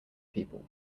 people